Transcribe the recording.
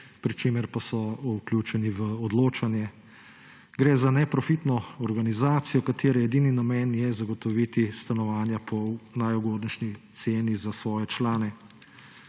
pri čemer so vključeni v odločanje. Gre za neprofitno organizacijo, katere edini namen je zagotoviti stanovanja po najugodnejši ceni za svoje člane.